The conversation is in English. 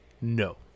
No